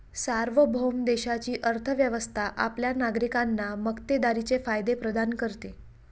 सार्वभौम देशाची अर्थ व्यवस्था आपल्या नागरिकांना मक्तेदारीचे फायदे प्रदान करते